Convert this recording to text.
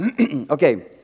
Okay